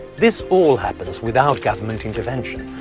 this all happens without government intervention,